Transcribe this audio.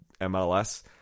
MLS